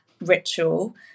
ritual